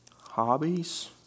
Hobbies